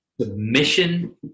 Submission